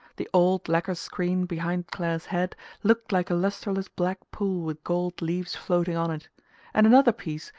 the old lacquer screen behind clare's head looked like a lustreless black pool with gold leaves floating on it and another piece,